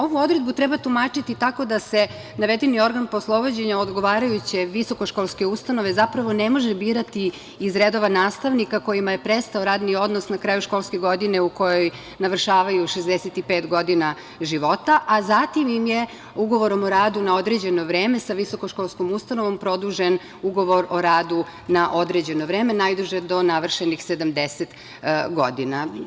Ovu odredbu treba tumačiti tako da se navedeni organ poslovođenja odgovarajuće visokoškolske ustanove zapravo ne može birati iz redova nastavnika kojima je prestao radni odnos na kraju školske godine u kojoj navršavaju 65 godina života, a zatim im je ugovorom o radu na određeno vreme sa visokoškolskom ustanovom produžen ugovor o radu na određeno vreme najduže do navršenih 70 godina.